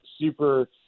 super